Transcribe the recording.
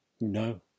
No